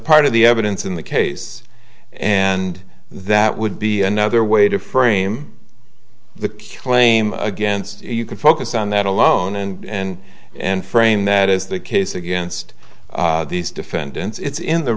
part of the evidence in the case and that would be another way to frame the kill a name against you can focus on that alone and and frame that is the case against these defendants it's in the